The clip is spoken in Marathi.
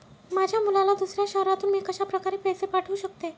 माझ्या मुलाला दुसऱ्या शहरातून मी कशाप्रकारे पैसे पाठवू शकते?